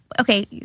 Okay